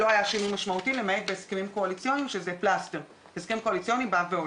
הסיבה שהם הגיעו לתוכנית הבראה או תוכנית המראה במקרה הטוב והסיבה שהמדינה